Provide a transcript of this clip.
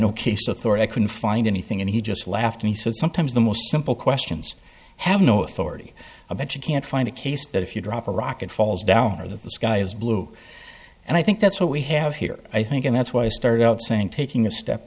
no case of thor and couldn't find anything and he just laughed and he said sometimes the most simple questions have no authority but you can't find a case that if you drop a rock it falls down or that the sky is blue and i think that's what we have here i think and that's why i started out saying taking a step